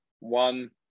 One